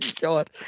god